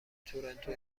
تورنتو